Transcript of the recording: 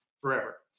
forever